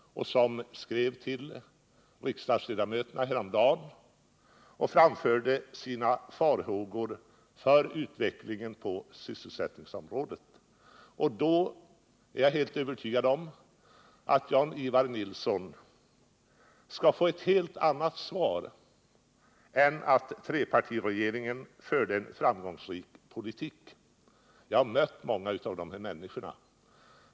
De skrev till riksdagsledamöterna häromdagen och framförde sina farhågor för utvecklingen på sysselsättningsområdet. Jag är helt övertygad om att Jan-Ivan Nilsson då skall få ett helt annat svar än att trepartiregeringen förde ”en framgångsrik politik”. Jag har mött många av dessa människor.